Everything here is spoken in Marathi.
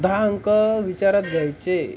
दहा अंक विचारात घ्यायचे